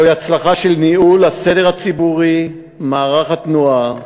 זוהי הצלחה של ניהול הסדר הציבורי, מערך התנועה.